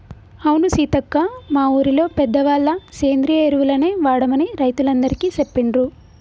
అవును సీతక్క మా ఊరిలో పెద్దవాళ్ళ సేంద్రియ ఎరువులనే వాడమని రైతులందికీ సెప్పిండ్రు